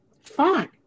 fine